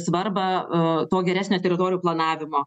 svarbą a to geresnio teritorijų planavimo